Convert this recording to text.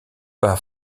pas